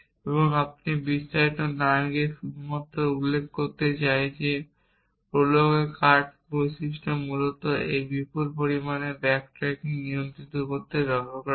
এবং আপনি বিস্তারিত না গিয়ে আমি শুধু উল্লেখ করতে চাই যে প্রোলগের কাট বৈশিষ্ট্যটি মূলত এই বিপুল পরিমাণ ব্যাক ট্র্যাকিং নিয়ন্ত্রণ করতে ব্যবহার করা হয়